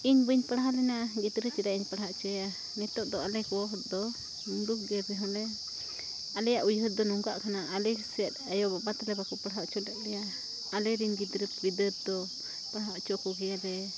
ᱤᱧ ᱵᱟᱹᱧ ᱯᱟᱲᱦᱟᱣ ᱞᱮᱱᱟ ᱜᱤᱫᱽᱨᱟᱹ ᱪᱮᱫᱟᱜ ᱤᱧ ᱯᱟᱲᱦᱟᱣ ᱚᱪᱚᱭ ᱭᱟ ᱱᱤᱛᱳᱜ ᱫᱚ ᱟᱞᱮ ᱠᱚᱫᱚ ᱢᱩᱨᱩᱠ ᱜᱮ ᱨᱮᱦᱚᱸ ᱞᱮ ᱟᱞᱮᱭᱟᱜ ᱩᱭᱦᱟᱹᱨ ᱫᱚ ᱱᱚᱝᱠᱟᱜ ᱠᱟᱱᱟ ᱟᱞᱮ ᱥᱮᱫ ᱟᱭᱳᱼᱵᱟᱵᱟ ᱛᱟᱞᱮ ᱵᱟᱠᱚ ᱯᱟᱲᱦᱟᱣ ᱚᱪᱚ ᱞᱮᱫ ᱞᱮᱭᱟ ᱟᱞᱮᱨᱮᱱ ᱜᱤᱫᱽᱨᱟᱹ ᱯᱤᱫᱟᱹᱨ ᱫᱚ ᱯᱟᱲᱦᱟᱣ ᱚᱪᱚ ᱠᱚᱜᱮᱭᱟᱞᱮ